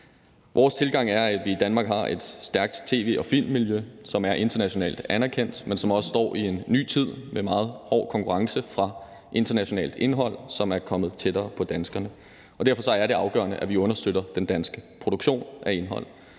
Vores tilgang er, at vi i Danmark har et stærkt tv- og filmmiljø, som er internationalt anerkendt, men som også står i en ny tid med meget hård konkurrence fra internationalt indhold, som er kommet tættere på danskerne. Derfor er det afgørende, at vi understøtter den danske produktion af indhold.